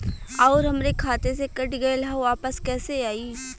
आऊर हमरे खाते से कट गैल ह वापस कैसे आई?